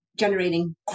generating